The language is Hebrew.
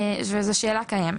זו שאלה קיימת.